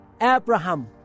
Abraham